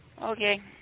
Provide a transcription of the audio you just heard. Okay